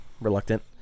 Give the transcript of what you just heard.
reluctant